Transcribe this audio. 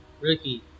Ricky